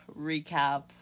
recap